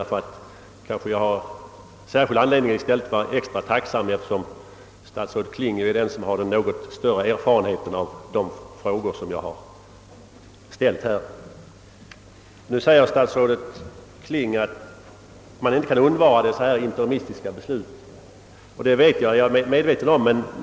Jag har kanske i stället anledning att vara extra tacksam, eftersom statsrådet Kling sannolikt har den något större erfarenheten av de frågor jag har ställt. Statsrådet Kling säger i svaret att man inte kan undvara dessa interimistiska beslut. Det är jag medveten om.